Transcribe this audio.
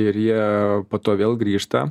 ir jie po to vėl grįžta